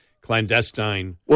clandestine